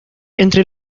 entre